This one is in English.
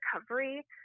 recovery